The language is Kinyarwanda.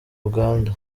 uganda